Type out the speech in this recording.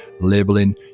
labeling